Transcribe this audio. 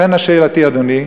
לכן שאלתי היא, אדוני: